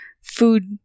food